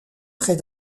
près